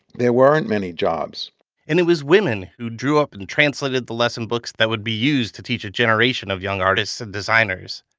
there weren't many jobs and it was women who drew up and translated the lesson books that would be used to teach a generation of young artists and designers.